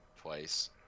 Twice